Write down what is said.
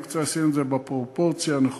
אבל אני רוצה לשים את זה בפרופורציה הנכונה.